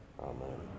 Amen